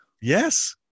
Yes